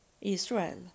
Israel